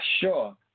Sure